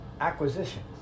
acquisitions